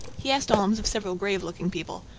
he asked alms of several grave-looking people,